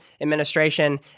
administration